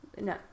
No